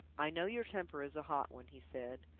i know your temper is a hot one, he said.